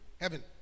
heaven